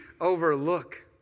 overlook